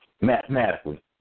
Mathematically